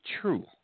true